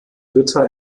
dritter